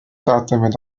تعتمد